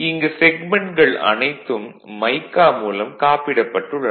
இங்கு செக்மென்ட்கள் அனைத்தும் மைக்கா மூலம் காப்பிடப்பட்டுள்ளன